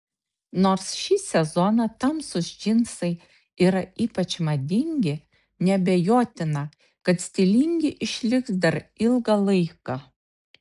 nors šį sezoną tamsūs džinsai yra ypač madingi neabejotina kad stilingi išliks dar ilgą laiką